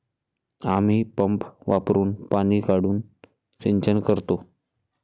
आम्ही पंप वापरुन पाणी काढून सिंचन करतो